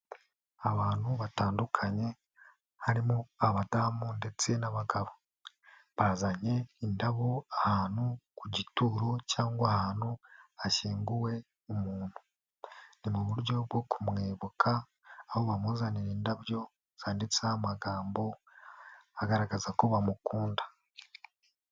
Abantu batandukanye, harimo abadamu ndetse n'abagabo. Bazanye indabo ahantu ku gituro cyangwa ahantu hashyinguwe umuntu. Ni mu buryo bwo kumwibuka, aho bamuzanira indabyo zanditseho amagambo agaragaza ko bamukunda.